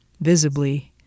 visibly